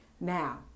Now